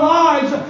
lives